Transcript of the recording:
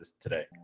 today